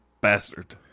bastard